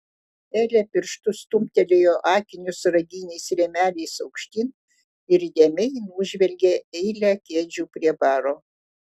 elė pirštu stumtelėjo akinius raginiais rėmeliais aukštyn ir įdėmiai nužvelgė eilę kėdžių prie baro